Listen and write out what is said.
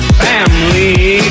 family